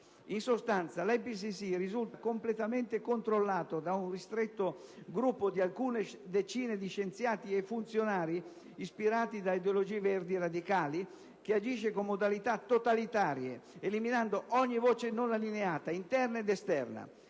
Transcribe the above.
In sostanza l'IPCC risulta completamente controllato da un ristretto gruppo di alcune decine di scienziati e funzionari ispirati da ideologie verdi radicali, che agisce con modalità totalitarie, eliminando ogni voce non allineata (interna ed esterna).